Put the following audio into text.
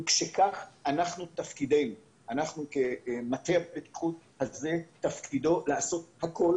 ומשכך תפקידנו כמטה הבטיחות הזה לעשות הכול